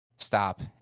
stop